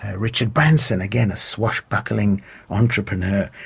ah richard branson again a swashbuckling entrepreneur.